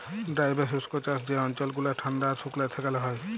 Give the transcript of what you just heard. dry বা শুস্ক চাষ যে অল্চল গুলা ঠাল্ডা আর সুকলা সেখালে হ্যয়